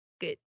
good